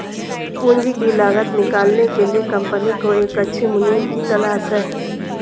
पूंजी की लागत निकालने के लिए कंपनी को एक अच्छे मुनीम की तलाश है